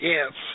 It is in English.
Yes